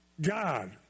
God